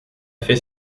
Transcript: fait